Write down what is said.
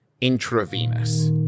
intravenous